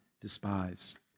despise